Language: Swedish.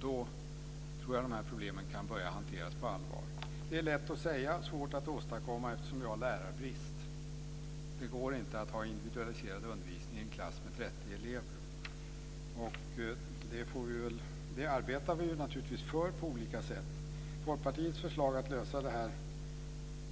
Då tror jag att problemen kan börja hanteras på allvar. Det är lätt att säga och svårt att åstadkomma eftersom det är lärarbrist. Det går inte att ha individualiserad undervisning i en klass med 30 elever. Det arbetar vi för på olika sätt. Folkpartiets förslag att lösa detta